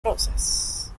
rozas